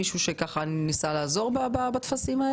מישהו ניסה לעזור להם עם הטפסים האלה?